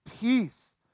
Peace